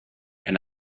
and